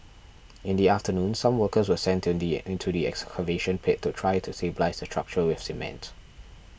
in the afternoon some workers were sent into the excavation pit to try to stabilise the structure with cement